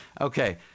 Okay